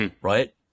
right